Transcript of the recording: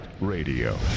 radio